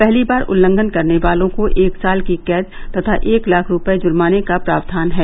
पहली बार उल्लंघन करने वालों को एक साल की कैद तथा एक लाख रूपये जुर्माने का प्रावधान है